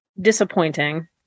disappointing